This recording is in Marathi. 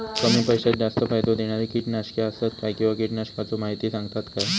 कमी पैशात जास्त फायदो दिणारी किटकनाशके आसत काय किंवा कीटकनाशकाचो माहिती सांगतात काय?